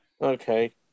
Okay